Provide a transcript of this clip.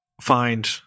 find